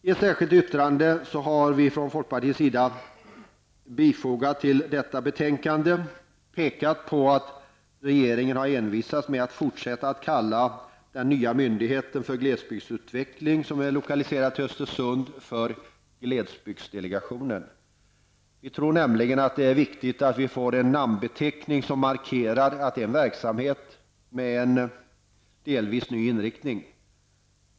Från folkpartiets sida har vi bifogat ett särskilt yttrande till betänkandet, där vi har pekat på att regeringen har envisats med att fortsätta att kalla den nya myndigheten för glesbygdsutveckling som är lokaliserad till Östersund för glesbygdsdelegationen. Vi tror nämligen att det är viktigt att man får en namnbeteckning som markerar att det rör sig om en verksamhet med en delvis ny inriktning.